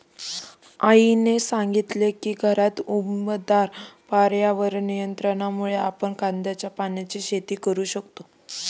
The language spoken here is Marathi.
आईने सांगितले की घरात उबदार पर्यावरण नियंत्रणामुळे आपण कांद्याच्या पानांची शेती करू शकतो